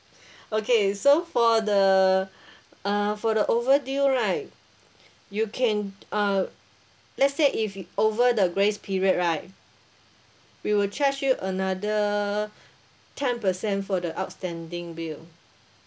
okay so for the uh for the overdue right you can uh let's say if it over the grace period right we will charge you another ten percent for the outstanding bill